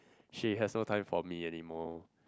she has no time for me anymore